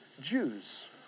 Jews